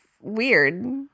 weird